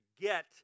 get